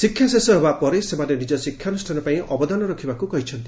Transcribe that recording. ଶିକ୍ଷା ଶେଷ ହେବା ପରେ ସେମାନେ ନିକ ଶିକ୍ଷାନୁଷ୍ଠାନ ପାଇଁ ଅବଦାନ ରଖିବାକୁ କହିଚ୍ଚନ୍ତି